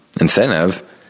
incentive